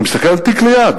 אני מסתכל על תיק ליד,